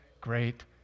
great